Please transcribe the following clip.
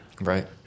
Right